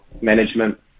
management